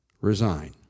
resign